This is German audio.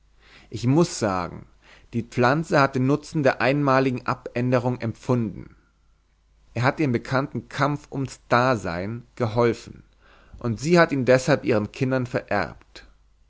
ich muß sagen die pflanze hat den nutzen der einmaligen abänderung empfunden er hat ihr im bekannten kampf ums dasein geholfen und sie hat ihn deshalb ihren kindern vererbt